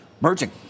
merging